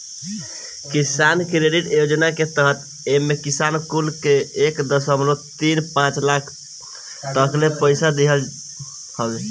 किसान क्रेडिट योजना के तहत एमे किसान कुल के एक दशमलव तीन पाँच लाख तकले पईसा देहल जात हवे